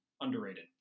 underrated